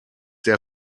der